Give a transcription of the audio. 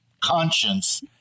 conscience